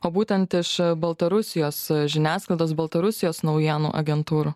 o būtent iš baltarusijos žiniasklaidos baltarusijos naujienų agentūrų